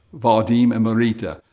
valdim and marita.